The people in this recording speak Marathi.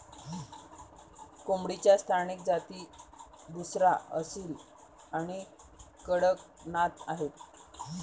कोंबडीच्या स्थानिक जाती बुसरा, असील आणि कडकनाथ आहेत